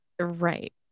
right